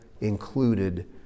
included